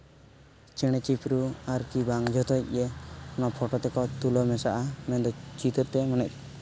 ᱪᱮᱬᱮ ᱪᱤᱯᱨᱩᱫ ᱟᱨ ᱠᱤ ᱵᱟᱝ ᱡᱚᱛᱚ ᱜᱮ ᱱᱚᱣᱟ ᱯᱷᱳᱴᱳ ᱛᱮᱠᱚ ᱛᱩᱞᱟᱹᱣ ᱢᱮᱥᱟᱜᱼᱟ ᱢᱮᱱᱫᱚ ᱪᱤᱛᱟᱹᱨᱛᱮ ᱢᱟᱱᱮ